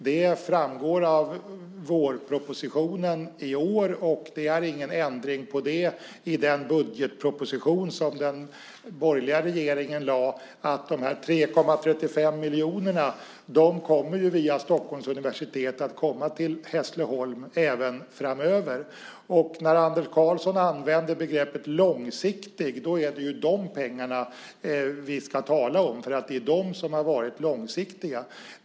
Det framgår av vårpropositionen i år, och det är ingen ändring på det i den budgetproposition som den borgerliga regeringen lade fram. De 3,35 miljonerna kommer via Stockholms universitet att komma till Hässleholm även framöver. När Anders Karlsson använder begreppet långsiktig är det de pengarna vi ska tala om. Det är de som har varit långsiktiga.